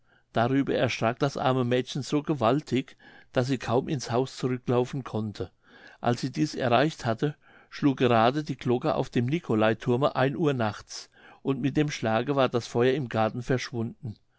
darüber erschrak das arme mädchen so gewaltig daß sie kaum ins haus zurücklaufen konnte als sie dies erreicht hatte schlug gerade die glocke auf dem nicolaithurme ein uhr nachts und mit dem schlage war das feuer im garten verschwunden